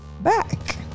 back